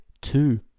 two